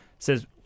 Says